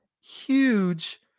huge